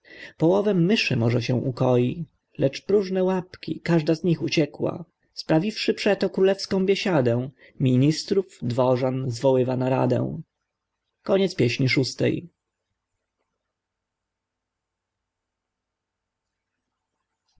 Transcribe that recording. połowem myszy może się ukoi lecz próżne łapki każda z nich uciekła sprawiwszy przeto królewską biesiadę ministrów dworzan zwoływa na